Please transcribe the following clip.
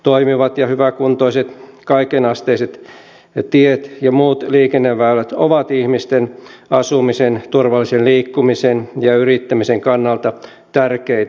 toimivat ja hyväkuntoiset kaikenasteiset tiet ja muut liikenneväylät ovat ihmisten asumisen turvallisen liikkumisen ja yrittämisen kannalta tärkeitä